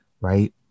Right